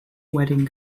wedding